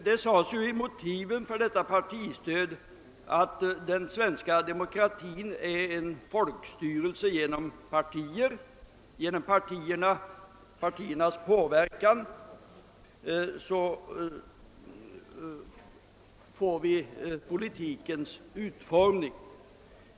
Det anfördes i motiven för detta partistöd att den svenska demokratin innebär ett folkstyre genom partier. Genom partierna påverkar väljarna politikens utformning.